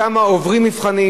שם עוברים מבחנים,